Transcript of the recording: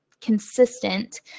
consistent